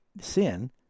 sin